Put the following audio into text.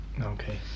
Okay